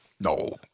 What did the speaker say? No